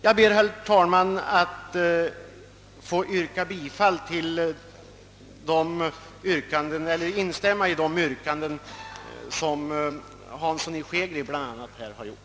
Jag ber att få instämma i de yrkanden som herr Hansson i Skegrie m.fl. har framställt.